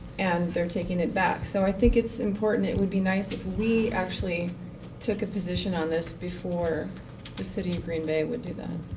and they're taking it back. so, i think it's important, it would be nice if we actually took a position on this before the city of green bay would do that.